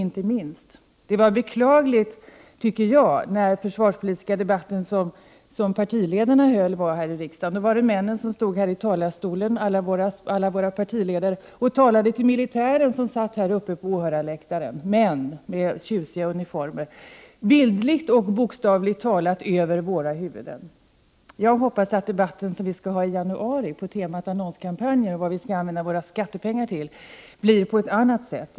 Vid den försvarspolitiska debatten, som partiledarna höll här i riksdagen, var det männen som stod här i talarstolen — alla våra partiledare — och talade till militären som satt där uppe på åhörarläktaren, män med tjusiga uniformer bildligt och bokstavligt talat över våra huvuden. Jag hoppas att den debatt vi skall ha i januari, på temat annonskampanjer och vad vid skall använda våra skattepengar till, sker på ett annat sätt.